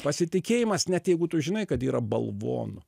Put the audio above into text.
pasitikėjimas net jeigu tu žinai kad yra balvonų